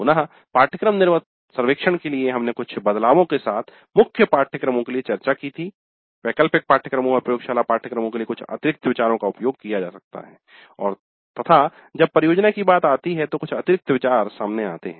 पुनः पाठ्यक्रम निर्गत सर्वेक्षण के लिए हमने कुछ बदलावों के साथ मुख्य पाठ्यक्रमों के लिए चर्चा की थी वैकल्पिक पाठ्यक्रमों और प्रयोगशाला पाठ्यक्रमो के लिए कुछ अतिरिक्त विचारों का उपयोग किया जा सकता है तथा जब परियोजना की बात आती है तो कुछ अतिरिक्त विचार सामने आते हैं